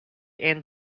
and